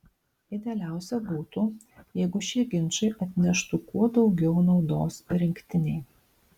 idealiausia būtų jeigu šie ginčai atneštų kuo daugiau naudos rinktinei